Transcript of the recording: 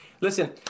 Listen